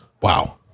Wow